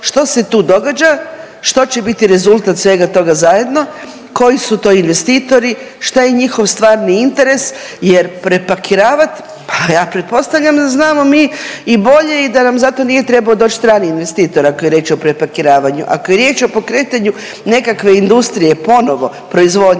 što se tu događa, što će biti rezultat svega toga zajedno, koji su to investitori, šta je njihov stvari interes, jer prepakiravat, pa ja pretpostavljam da znamo mi i bolje i da nam za to nije trebao doć strani investitor ako je riječ o prepakiravanju. Ako je riječ o pokretanju nekakve industrije, ponovo proizvodnje,